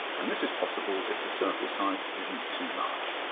and this is possible if the circle size isn't too large.